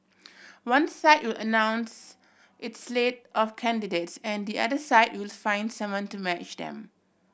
one side will announce its slate of candidates and the other side will find someone to match them